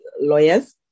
lawyers